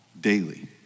daily